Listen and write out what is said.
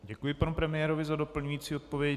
Děkuji panu premiérovi za doplňující odpověď.